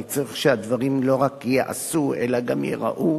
צריך שהדברים לא רק ייעשו אלא גם ייראו,